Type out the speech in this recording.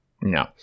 No